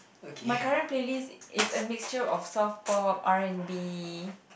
my current playlist is a mixture of soft pop R and B